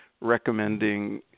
recommending